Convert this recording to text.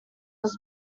was